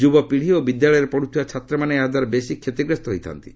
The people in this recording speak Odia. ଯ୍ରବ ପୀଢ଼ି ଓ ବିଦ୍ୟାଳୟରେ ପତ୍ରଥିବା ଛାତ୍ରମାନେ ଏହାଦ୍ୱାରା ବେଶି କ୍ଷତିଗ୍ରସ୍ତ ହୋଇଥାନ୍ତି